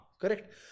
Correct